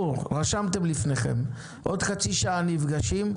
עוד חצי שעה נפגשים.